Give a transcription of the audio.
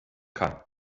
kann